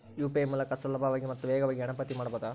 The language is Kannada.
ಯು.ಪಿ.ಐ ಮೂಲಕ ಸುಲಭವಾಗಿ ಮತ್ತು ವೇಗವಾಗಿ ಹಣ ಪಾವತಿ ಮಾಡಬಹುದಾ?